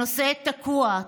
הנושא תקוע.